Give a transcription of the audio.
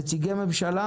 נציגי ממשלה,